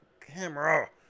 camera